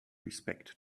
respect